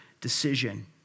decision